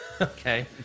Okay